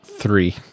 three